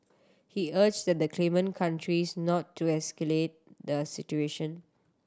he urged the claimant countries not to escalate the situation